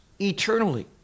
eternally